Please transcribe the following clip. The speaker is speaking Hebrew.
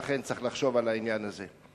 ולכן צריך לחשוב על העניין הזה.